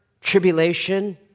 tribulation